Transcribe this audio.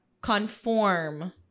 conform